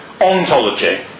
ontology